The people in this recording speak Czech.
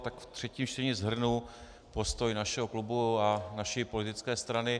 Tak ve třetím čtení shrnu postoj našeho klubu a naší politické strany.